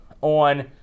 on